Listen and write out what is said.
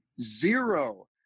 zero